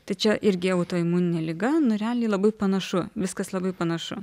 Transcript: tai čia irgi autoimuninė liga nu realiai labai panašu viskas labai panašu